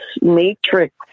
matrix